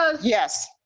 Yes